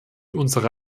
unsere